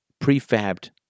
prefabbed